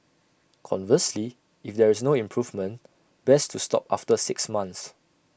conversely if there is no improvement best to stop after six months